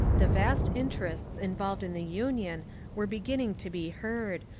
the vast interests involved in the union were be ginning to be heard,